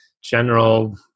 general